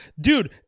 Dude